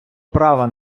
права